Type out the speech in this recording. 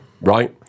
right